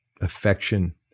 Affection